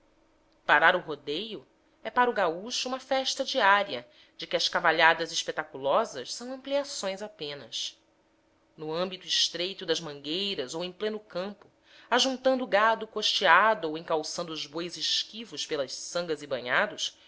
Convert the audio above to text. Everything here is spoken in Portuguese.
parar o rodeio é para o gaúcho uma festa diária de que as cavalhadas espetaculosas são ampliação apenas no âmbito estreito das mangueiras ou em pleno campo ajuntando o gado costeado ou encalçando os bois esquivos pelas sangas e banhados